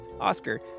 Oscar